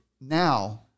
Now